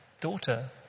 daughter